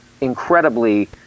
incredibly